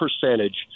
percentage